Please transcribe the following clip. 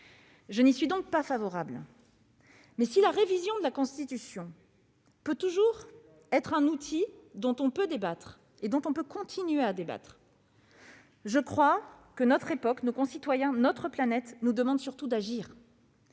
Je n'y suis donc pas favorable. Si la révision de la Constitution est un outil dont on peut toujours continuer à débattre, je crois que notre époque, nos concitoyens, notre planète nous demandent surtout d'agir